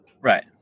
right